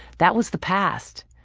that was the past.